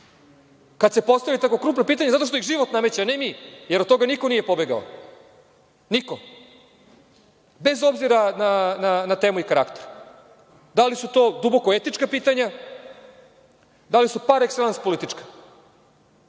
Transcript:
Kad se postave tako krupna pitanja zato što ih život nameće a ne mi, jer od toga niko nije pobegao. Niko, bez obzira na temu i karakter. Da li su to duboko etička pitanja, da li su par ekselans politička? Pogledajte